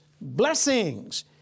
Blessings